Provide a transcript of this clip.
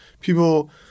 People